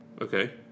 okay